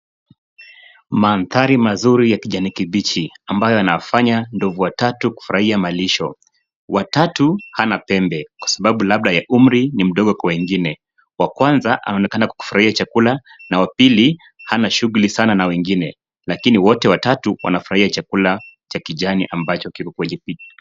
Manthari mazuri ya kijani kibichi ambayo yanafanya ndovu watatu kufurahia malisho. Watatu hana pembe kwa sababu labda ya umri mdogo kwa wengine. Wa kwanza anaonekana kufurahia chakula na wa pili hana shuguli na wengine lakini wote watatu wanafurahia chakula cha kijani ambacho kiko kwenye picha.